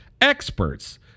experts